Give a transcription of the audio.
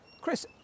Chris